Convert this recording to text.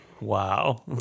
Wow